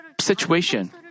situation